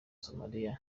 somalia